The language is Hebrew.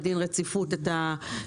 במה שמפריע.